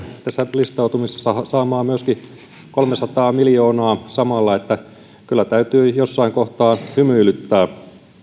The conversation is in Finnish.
tässä listautumisessa saamaan myöskin kolmesataa miljoonaa samalla niin että kyllä täytyy jossain kohtaa hymyilyttää